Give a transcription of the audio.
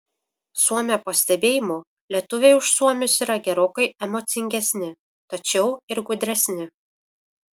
suomio pastebėjimu lietuviai už suomius yra gerokai emocingesni tačiau ir gudresni